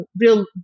real